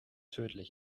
tödlich